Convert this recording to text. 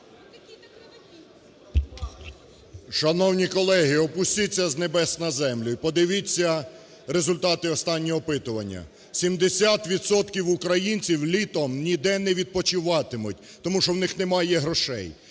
Шановні колеги, опустіться з небес на землю і подивіться результати останнього опитування: 70 відсотків українців літом ніде не відпочиватимуть, тому що у них немає грошей